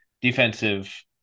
defensive